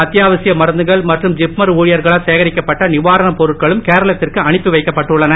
அத்தியாவசிய மருந்துகள் மற்றும் ஜிப்மர் ஊழியர்களால் சேகரிக்கப்பட்ட நிவாரணப் பொருட்களும் கேரளத்திற்கு அனுப்பிவைக்கப்பட்டுள்ளன